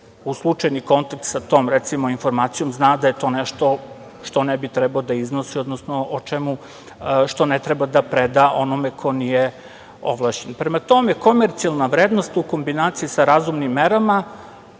u slučajni kontakt sa tom, recimo, informacijom, zna da je to nešto što ne bi trebao da iznosi, odnosno što ne treba da preda onome ko nije ovlašćen. Prema tome, komercijalna vrednost u kombinaciji sa razumnim merama